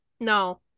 No